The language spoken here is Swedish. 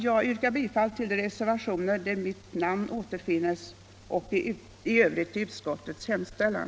Jag yrkar bifall till de reservationer där mitt namn återfinns och i övrigt bifall till utskottets hemställan.